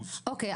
אוקיי,